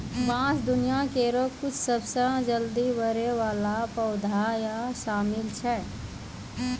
बांस दुनिया केरो कुछ सबसें जल्दी बढ़ै वाला पौधा म शामिल छै